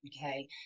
Okay